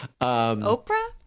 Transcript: Oprah